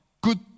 good